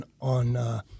on